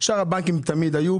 שאר הבנקים תמיד היו,